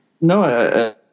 No